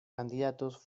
candidatos